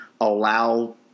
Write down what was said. allow